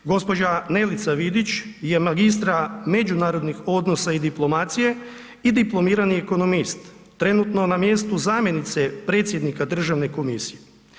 Gđa. Nelica Vidić je magistra međunarodnih odnosa i diplomacije i dipl. ekonomist, trenutno na mjestu zamjenice predsjednika Državne komisije.